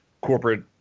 corporate